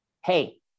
hey